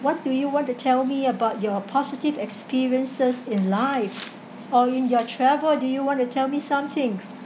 what do you want to tell me about your positive experiences in life or in your travel do you want to tell me something